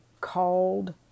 called